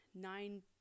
nine